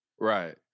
Right